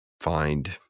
find